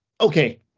Okay